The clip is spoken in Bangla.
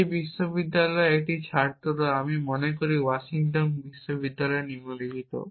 এই বিশ্ববিদ্যালয়ের একটি ছাত্র আমি মনে করি ওয়াশিংটন বিশ্ববিদ্যালয় নিম্নলিখিত